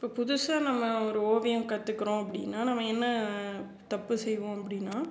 இப்போ புதுசாக நம்ம ஒரு ஓவியம் கற்றுக்கிறோம் அப்படினா நாம் என்ன தப்பு செய்வோம் அப்படினா